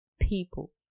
people